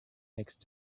next